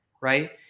right